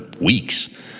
weeks